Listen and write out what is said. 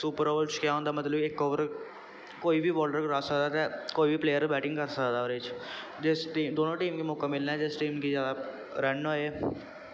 super over च केह् होंदा मतलब इक ओवर कोई बी बालर करा सकदा ऐ ते कोई बी प्लेयर बैटिंग कर सकदा ऐ ओह्दे च जिस टीम दोनों टीम गी मौका मिलना ऐ जिस टीम गी ज्यादा रन होए